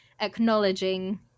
acknowledging